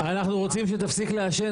מה, חן לוי לכלך עליי?